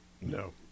no